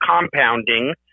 compounding